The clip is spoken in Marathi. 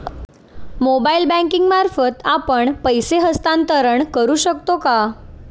मोबाइल बँकिंग मार्फत आपण पैसे हस्तांतरण करू शकतो का?